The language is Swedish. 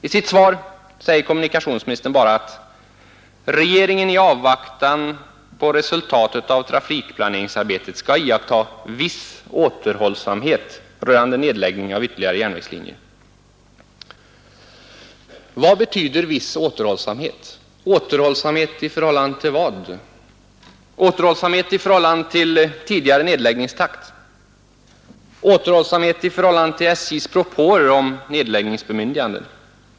I sitt svar säger kommunikationsministern bara att ”regeringen — i avvaktan på resultatet av trafikplaneringsarbetet — kommer att iaktta viss återhållsamhet i fråga om beslut rörande nedläggning av ytterligare järnvägslinjer”. Vad betyder viss återhållsamhet? Återhållsamhet i förhållande till vad? Återhållsamhet i förhållande till tidigare nedläggningstakt? Återhållsamhet i förhållande till SJ:s propåer om nedläggningsbemyndiganden?